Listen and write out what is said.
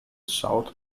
south